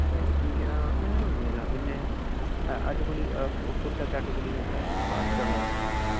സാറെ വേറെയൊന്നുമില്ല പിന്നെ അടിപൊളി ഫുഡ്ഡോക്കെ അടിപൊളി എന്താണ് ക്വാളിറ്റിയുള്ളതായിരിക്കണം